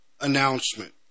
announcement